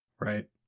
Right